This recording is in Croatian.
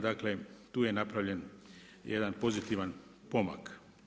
Dakle, tu je napravljen jedan pozitivan pomak.